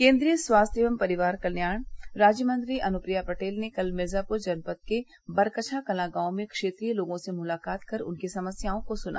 केन्द्रीय स्वास्थ्य एवं परिवार कल्याण राज्यमंत्री अनुप्रिया पटेल ने कल मिर्जाप्र जनपद के बरकछा कलां गाँव में क्षेत्रीय लोगों से मुलाकात कर उनकी समस्याओं को सुना